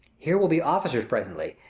here will be officers presently,